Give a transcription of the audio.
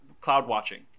cloud-watching